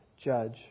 judge